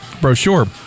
Brochure